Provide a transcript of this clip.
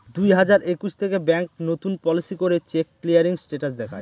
দুই হাজার একুশ থেকে ব্যাঙ্ক নতুন পলিসি করে চেক ক্লিয়ারিং স্টেটাস দেখায়